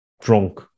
drunk